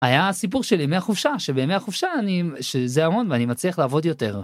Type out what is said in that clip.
היה סיפור של ימי החופשה שבימי החופשה אני שזה המון ואני מצליח לעבוד יותר.